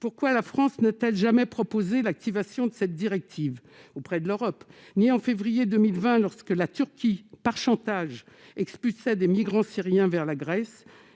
pourquoi la France n'a-t-elle jamais proposé l'activation de cette directive auprès de l'Europe, ni en février 2020, lorsque la Turquie, par chantage, expulsait des migrants syriens vers la Grèce,